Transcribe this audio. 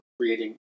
creating